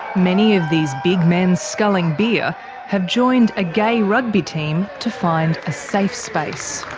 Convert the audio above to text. many of these big men sculling beer have joined a gay rugby team to find a safe space.